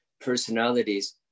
personalities